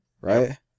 Right